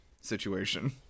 situation